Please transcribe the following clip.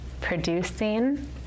producing